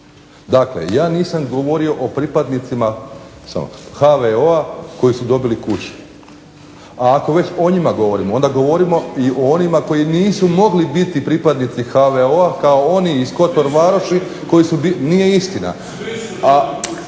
Dakle, ja nisam govorio o pripadnicima HVO-a koji su dobili kuće. Ako već o njima govorimo onda govorimo o onima koji nisu mogli biti pripadnici HVO-a kao oni iz Kotor Varoši. O rezultatima